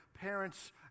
parents